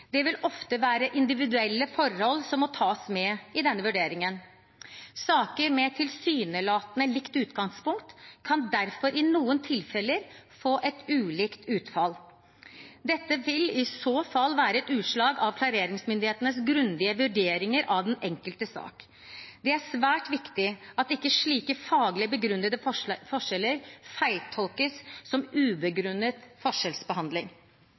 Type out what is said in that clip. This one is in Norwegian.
Det vil ofte være individuelle forhold som må tas med i denne vurderingen. Saker med tilsynelatende likt utgangspunkt kan derfor i noen tilfeller få ulikt utfall. Dette vil i så fall være et utslag av klareringsmyndighetenes grundige vurderinger av den enkelte sak. Det er svært viktig at ikke slike faglig begrunnede forskjeller feiltolkes som ubegrunnet forskjellsbehandling.